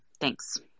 thanks